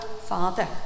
Father